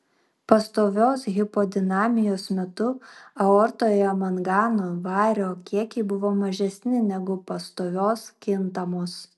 pastovios hipodinamijos metu aortoje mangano vario kiekiai buvo mažesni negu pastovios kintamos